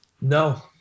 No